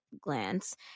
glance